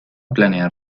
planear